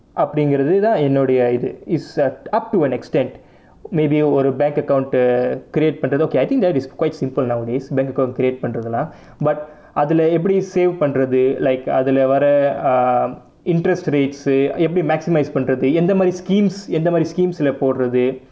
அப்படிங்குறதுதான் என்னோடைய இது:appadingarathuthaan ennodaiya ithu is uh up to an extent maybe ஒரு:oru bank account uh create பண்றது:pandrathu okay I think that is quite simple nowadays bank account create பண்ணுறதுல்லாம்:pannurathullaam but அதுலை எப்படி:athulai eppadi save பண்றது:pandrathu like அதுலை வர:athulai vara um interest rate சு எப்படி:su eppadi maximise பண்றது எந்த மாதிரி:pandrathu entha maathiri schemes எந்த மாதிரி:entha maathiri schemes leh போடுறது:podurathu